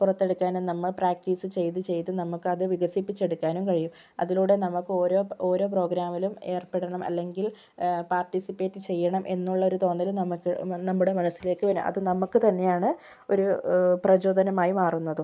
പുറത്തെടുക്കാനും നമ്മൾ പ്രാക്റ്റീസ് ചെയ്ത് ചെയ്ത് നമുക്കത് വികസിപ്പിച്ചെടുക്കാനും കഴിയും അതിലൂടെ നമുക്ക് ഓരോ ഓരോ പ്രോഗ്രാമിലും ഏർപ്പെടണം അല്ലങ്കിൽ പാർട്ടിസിപ്പേറ്റ് ചെയ്യണം എന്നുള്ളൊരു തോന്നല് നമുക്ക് നമ്മുടെ മനസ്സിലേക്ക് വരാം അത് നമുക്ക് തന്നെയാണ് ഒരു പ്രചോദനം ആയി മാറുന്നതും